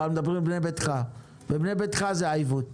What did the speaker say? אנחנו מדברים על "בנה ביתך", בבנה ביתך זה העיוות.